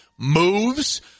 Moves